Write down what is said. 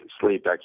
sleep